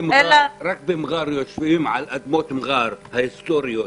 רק במע'אר יושבים על אדמות מע'אר ההיסטוריות.